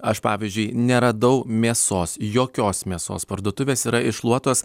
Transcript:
aš pavyzdžiui neradau mėsos jokios mėsos parduotuvės yra iššluotos